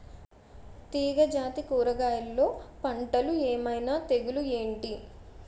తీగ జాతి కూరగయల్లో పంటలు ఏమైన తెగులు ఏంటి?